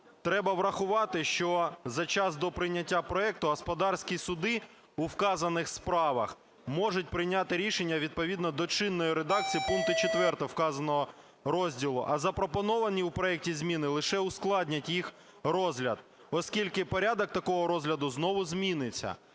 Треба врахувати, що за час до прийняття проекту господарські суди у вказаних справах можуть прийняти рішення відповідно до чинної редакції пункту 4 вказаного розділу, а запропоновані у проекті зміни лише ускладнять їх розгляд, оскільки порядок такого розгляду знову зміниться.